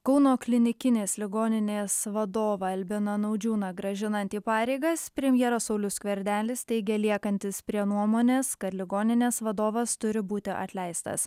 kauno klinikinės ligoninės vadovą albiną naudžiūną grąžinant į pareigas premjeras saulius skvernelis teigė liekantis prie nuomonės kad ligoninės vadovas turi būti atleistas